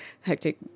hectic